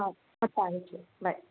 okay thank you bye